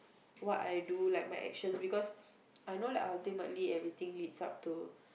what I do like my actions because I know like ultimately everything leads up to